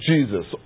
Jesus